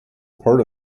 part